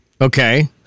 Okay